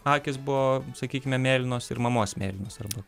akys buvo sakykime mėlynos ir mamos mėlynos arba